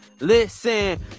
Listen